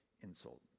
insult